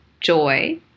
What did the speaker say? joy